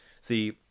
See